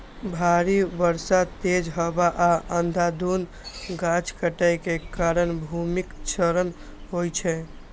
भारी बर्षा, तेज हवा आ अंधाधुंध गाछ काटै के कारण भूमिक क्षरण होइ छै